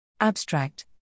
Abstract